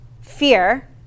Fear